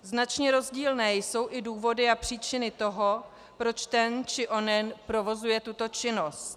Značně rozdílné jsou i důvody a příčiny toho, proč ten či onen provozuje tuto činnost.